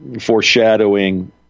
foreshadowing